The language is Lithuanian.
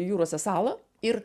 jūrose salą ir